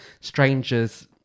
strangers